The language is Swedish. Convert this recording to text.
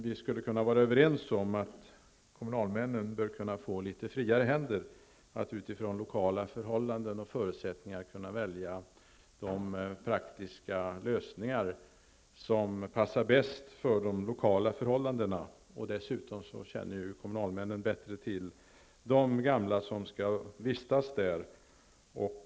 Vi borde kunna vara överens om att kommunalmännen bör kunna få litet friare händer och att de utifrån lokala förhållanden och förutsättningar skall kunna välja de praktiska lösningar som passar bäst. Dessutom känner kommunalmännen bättre till de gamla som skall vistas på dessa gruppbostäder.